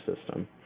system